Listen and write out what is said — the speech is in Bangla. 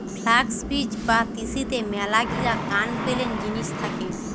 ফ্লাক্স বীজ বা তিসিতে মেলাগিলা কান পেলেন জিনিস থাকে